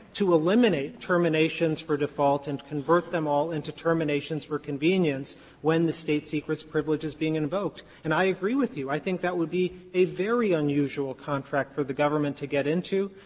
to eliminate terminations for default and convert them all into terminations for convenience when the state-secrets privilege is being invoked. and i agree with you, i think that would be a very unusual contract for the government to get into.